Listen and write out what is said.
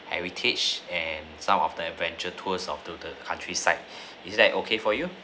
heritage and some of their adventure tours onto the countryside is that okay for you